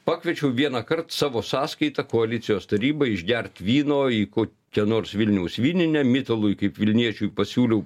pakviečiau vienąkart savo sąskaita koalicijos taryba išgert vyno į kokią nors vilniaus vyninę mitalui kaip vilniečiui pasiūliau